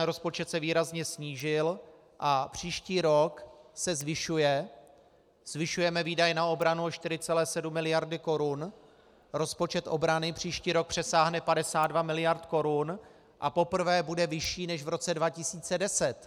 Rozpočet se výrazně snížil a příští rok se zvyšuje, zvyšujeme výdaje na obranu o 4,7 mld. korun, rozpočet obrany příští rok přesáhne 52 mld. korun a poprvé bude vyšší než v roce 2010.